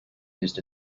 used